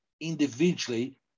individually